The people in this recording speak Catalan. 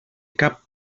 cap